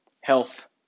health